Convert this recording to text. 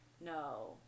no